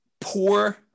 Poor